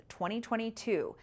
2022